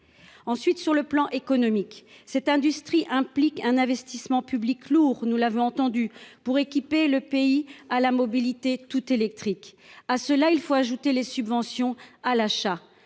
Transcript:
Ensuite, sur le plan économique, cette industrie implique un investissement public lourds nous l'avait entendu pour équiper le pays à la mobilité tout électrique. À cela il faut ajouter les subventions à l'achat